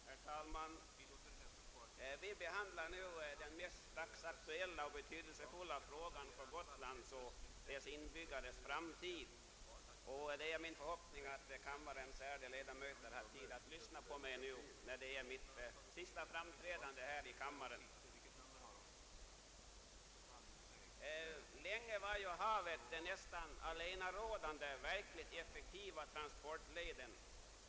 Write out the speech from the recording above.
Herr talman! Vi behandlar nu den mest dagsaktuella och betydelsefulla frågan för Gotlands och dess inbyggares framtid. Det är min förhoppning att kammarens ärade ledamöter har tid att lyssna på mig nu vid mitt sista framträdande här i kammaren. Länge var havet den nästan allenarådande verkligt effektiva transportleden.